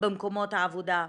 במקומות העבודה,